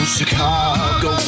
Chicago